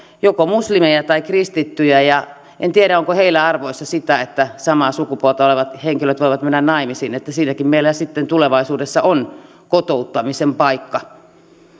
joko muslimeja tai kristittyjä enkä tiedä onko heillä arvoissa sitä että samaa sukupuolta olevat henkilöt voivat mennä naimisiin että siinäkin meillä sitten tulevaisuudessa on kotouttamisen paikka